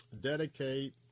dedicate